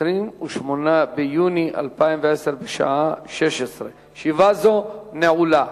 28 ביוני 2010, בשעה 16:00. ישיבה זו נעולה.